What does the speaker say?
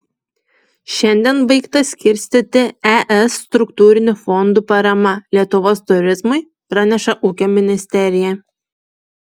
šiandien baigta skirstyti es struktūrinių fondų parama lietuvos turizmui praneša ūkio ministerija